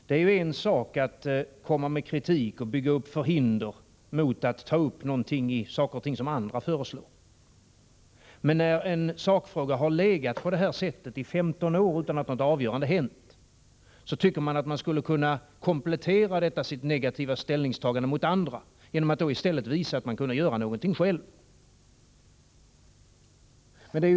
Det är ju en sak att komma med kritik och bygga upp förhinder mot att ta upp något i saker och ting som andra föreslår, men när en sakfråga på det här sättet har legat i 15 år utan att något avgörande hänt, borde man kunna kompensera detta sitt negativa ställningstagande mot andra genom att i stället visa att man kunde göra någonting själv.